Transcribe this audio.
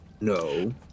No